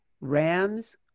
Rams